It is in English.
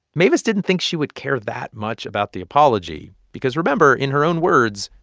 mavis didn't think she would care that much about the apology because, remember in her own words,